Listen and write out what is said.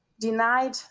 denied